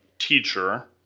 teacher,